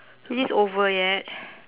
is this over yet